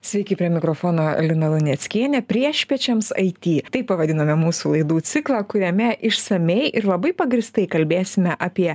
sveiki prie mikrofono lina luneckienė priešpiečiams aity taip pavadinome mūsų laidų ciklą kuriame išsamiai ir labai pagrįstai kalbėsime apie